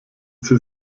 sie